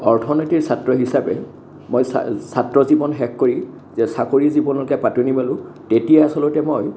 অৰ্থনীতিৰ ছাত্ৰ হিচাপে মই ছাত্ৰ জীৱন শেষ কৰি চাকৰি জীৱনলৈকে পাতনি মেলোঁ তেতিয়া আচলতে মই